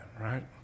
right